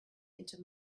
into